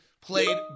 played